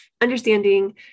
Understanding